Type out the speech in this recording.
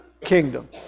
kingdom